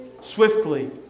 swiftly